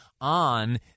on